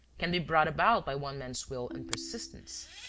can be brought about by one man's will and persistence.